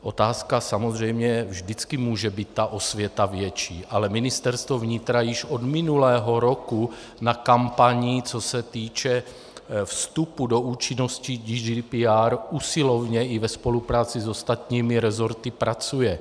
Otázka, samozřejmě vždycky může být ta osvěta větší, ale Ministerstvo vnitra již od minulého roku na kampani, co se týče vstupu do účinnosti GDPR, usilovně i ve spolupráci s ostatními resorty pracuje.